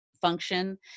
function